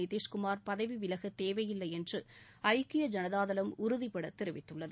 நிதிஷ் குமார் பதவி விலகத் தேவையில்லை என்று ஐக்கிய ஐனதாதளம் உறுதிபட தெரிவித்துள்ளது